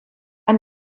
ein